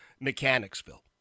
Mechanicsville